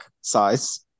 size